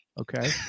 okay